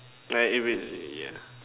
like if it yeah